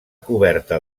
coberta